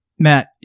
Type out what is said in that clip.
Matt